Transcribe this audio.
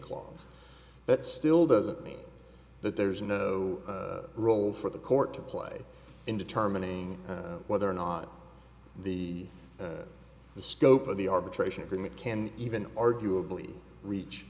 clause that still doesn't mean that there's no role for the court to play in determining whether or not the the scope of the arbitration agreement can even arguably reach